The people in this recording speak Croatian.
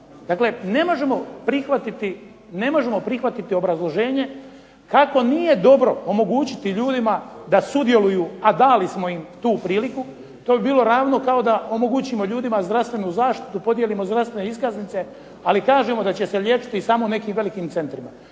Dakle, ne možemo prihvatiti obrazloženje da nije dobro omogućiti ljudima da sudjeluju a dali smo im tu priliku, to bi bilo ravno da ljudima omogućimo zdravstvenu zaštitu, podijelimo zdravstvene iskaznice ali kažemo da će se liječiti samo u nekim velikim centrima.